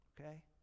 Okay